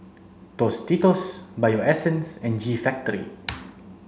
Tostitos Bio Essence and G Factory